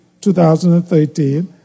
2013